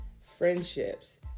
friendships